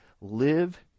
live